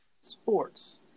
Sports